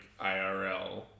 IRL